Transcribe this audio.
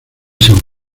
san